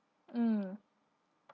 mm